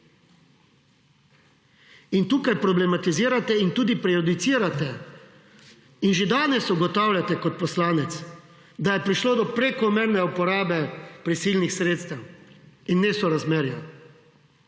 in tukaj problematizirate in tudi prejudicirate in že danes ugotavljate, kot poslanec, da je prišlo do prekomerne uporabe prisilnih sredstev in nesorazmerja.